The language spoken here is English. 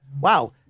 Wow